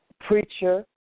preacher